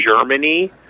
Germany